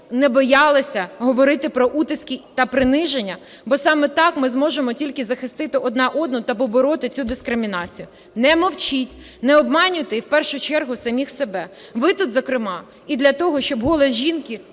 не боялися говорити про утиски та приниження, бо саме так ми зможемо тільки захистити одна одну та побороти цю дискримінацію. Не мовчіть, не обманюйте і в першу чергу самих себе. Ви тут, зокрема, і для того, щоб голос жінки